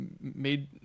made